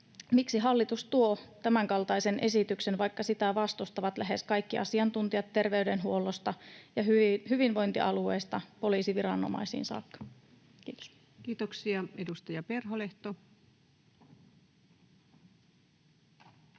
miksi hallitus tuo tämänkaltaisen esityksen, vaikka sitä vastustavat lähes kaikki asiantuntijat terveydenhuollosta ja hyvinvointialueista poliisiviranomaisiin saakka? — Kiitos. [Speech